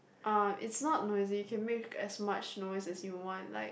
uh it's not noisy you can make as much noise as you want like